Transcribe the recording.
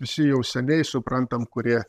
visi jau seniai suprantam kurie